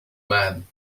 man